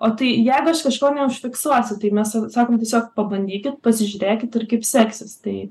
o tai jeigu aš kažko neužfiksuosiu tai mes sakome tiesiog pabandykit pasižiūrėkit ir kaip seksis tai